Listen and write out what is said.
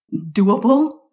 doable